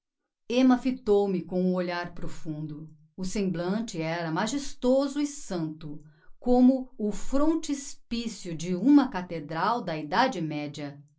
emma fitou-me com um olhar profundo o semblante era magestoso e santo como o frontispicio de uma cathedral da edade média